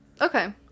Okay